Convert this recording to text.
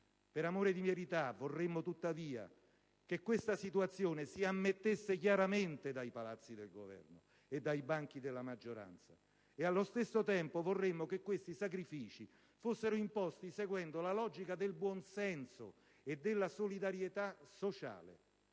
Per amore di verità, tuttavia, vorremmo che questa situazione la si ammettesse chiaramente dai palazzi del Governo e dai banchi della maggioranza e, allo stesso tempo, vorremmo che questi sacrifici fossero imposti seguendo la logica del buon senso e della solidarietà sociale: